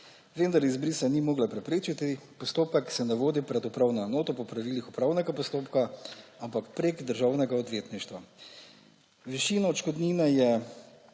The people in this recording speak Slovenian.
vendar izbrisa ni mogla preprečiti, postopek se ne vodi pred upravno enoto po pravilih upravnega postopka, ampak prek državnega odvetništva. Višina odškodnine je